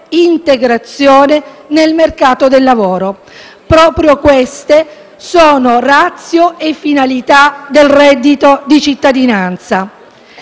reintegrazione nel mercato del lavoro». Proprio queste sono *ratio* e finalità del reddito di cittadinanza.